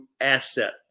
asset